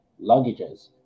luggages